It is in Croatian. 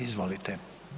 Izvolite.